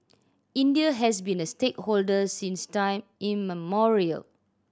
India has been a stakeholder since time immemorial